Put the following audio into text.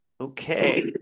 Okay